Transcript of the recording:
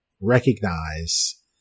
Recognize